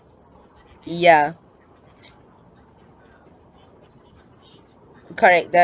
ya correct the~